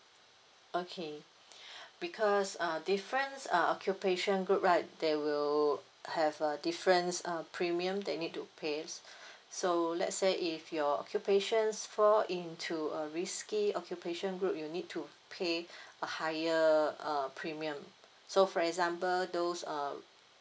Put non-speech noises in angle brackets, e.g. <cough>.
okay <breath> because err difference err occupation group right they will have a difference uh premium they need to pay s~ so let's say if your occupations fall into a risky occupation group you need to pay <breath> a higher err premium so for example those um